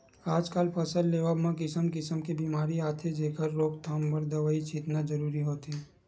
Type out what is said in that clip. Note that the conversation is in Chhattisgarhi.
आजकल फसल लेवब म किसम किसम के बेमारी आथे जेखर रोकथाम बर दवई छितना जरूरी होथे